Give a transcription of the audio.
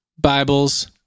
Bibles